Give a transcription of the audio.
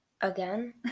Again